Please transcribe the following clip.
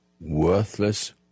worthless